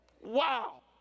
Wow